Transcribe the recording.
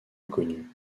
inconnues